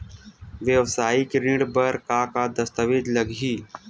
वेवसायिक ऋण बर का का दस्तावेज लगही?